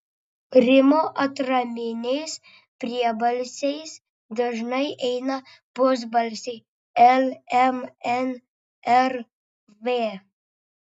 rimo atraminiais priebalsiais dažnai eina pusbalsiai l m n r v